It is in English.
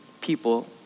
people